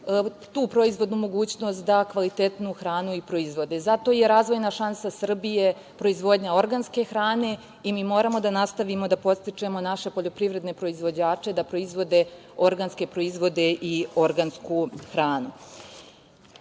tu proizvodnu mogućnost da kvalitetnu hranu i proizvode. Zato je razvojna šansa Srbije proizvodnja organske hrane i mi moramo da nastavimo da podstičemo naše poljoprivredne proizvođače da proizvode organske proizvode i organsku hranu. Zbog